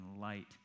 light